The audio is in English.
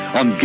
on